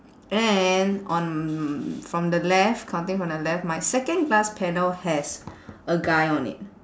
and on from the left counting from the left my second glass panel has a guy on it